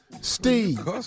Steve